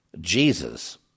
Jesus